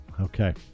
Okay